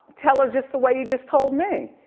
tell her just the way you just told me,